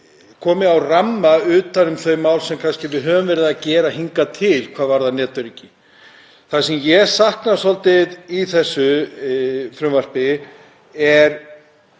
komi á ramma utan um þau mál sem við höfum verið að gera hingað til hvað varðar netöryggi. Það sem ég sakna svolítið í frumvarpinu,